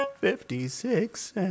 Fifty-six